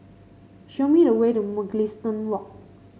show me the way to Mugliston Walk